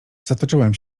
zatoczyłem